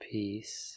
Peace